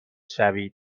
شوید